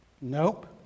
Nope